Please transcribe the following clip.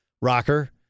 rocker